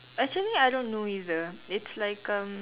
actually I don't know either it's like um